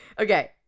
Okay